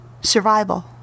Survival